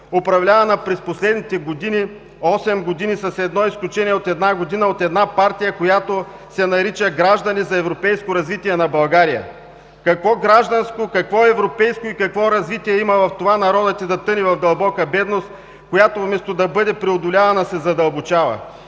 управлявана през последните осем години – с изключение на една година от една партия – която се нарича „Граждани за европейско развитие на България“? Какво гражданско, какво европейско и какво развитие има в това народът ти да тъне в дълбока бедност, която вместо да бъде преодолявана, се задълбочава?!